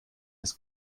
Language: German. das